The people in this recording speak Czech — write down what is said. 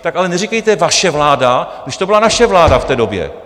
Tak ale neříkejte vaše vláda, když to byla naše vláda v té době.